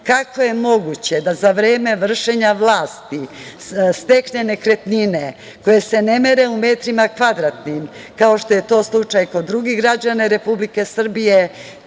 Kako je moguće da za vreme vršenja vlasi stekne nekretnine koje se ne mere u metrima kvadratnim, kao što je to slučaj kod drugih građana Republike Srbije,